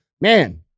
man